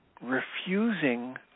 refusing